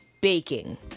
baking